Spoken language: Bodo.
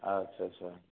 आदसा सा